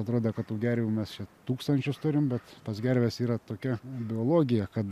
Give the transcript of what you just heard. atrodė kad tų gervių mes čia tūkstančius turim bet pas gerves yra tokia biologija kad